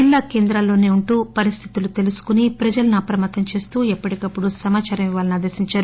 జిల్లా కేంద్రాల్లోసే ఉంటూ పరిస్థితులు తెలుసుకొని ప్రజలను అప్రమత్తం చేస్తూ ఎప్పటికప్పుడు సమాదారం ఇవ్వాలని ఆదేశించారు